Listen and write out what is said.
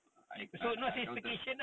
I I I noted